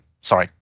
Sorry